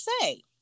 say